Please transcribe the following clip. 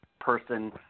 person